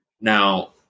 Now